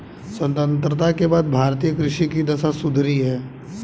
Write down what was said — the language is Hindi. स्वतंत्रता के बाद भारतीय कृषि की दशा सुधरी है